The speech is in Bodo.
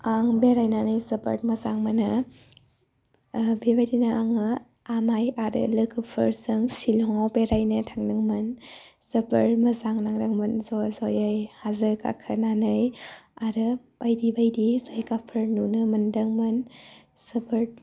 आं बेरायनानै जोबोद मोजां मोनो आरो बेबायदिनो आङो आमाय आरो लोगोफोरजों शिलंआव बेरायनो थांदोंमोन जोबोद मोजां नांदोंमोन ज' जयै हाजो गाखोनानै आरो बायदि बायदि जायगाफोर नुनो मोन्दोंमोन जोबोर